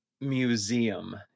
museum